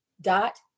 dot